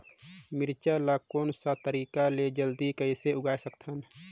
मिरचा ला कोन सा तरीका ले जल्दी कइसे उगाय सकथन?